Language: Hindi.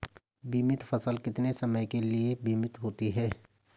बीमित फसल कितने समय के लिए बीमित होती है?